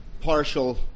partial